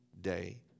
day